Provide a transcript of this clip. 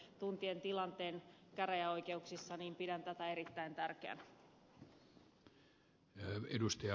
tuntien tilanteen käräjäoikeuksissa pidän tätä erittäin tärkeänä